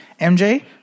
MJ